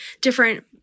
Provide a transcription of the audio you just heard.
different